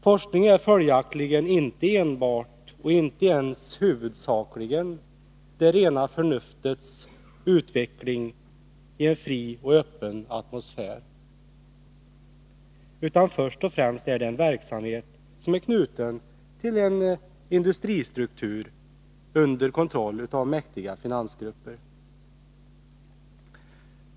Forskning är följaktligen inte enbart och inte ens huvudsakligen det rena förnuftets utveckling i en fri och öppen atmosfär, utan först och främst är det en verksamhet som är knuten till en industristruktur under kontroll av mäktiga finansgrupper.